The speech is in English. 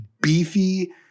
beefy